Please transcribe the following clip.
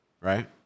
right